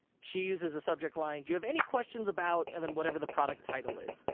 she uses a subject line, do you have any questions about, and then whatever the product title is,